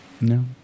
No